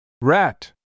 Rat